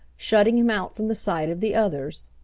shutting him out from the sight of the others.